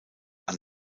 auf